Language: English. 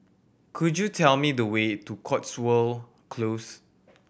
could you tell me the way to Cotswold Close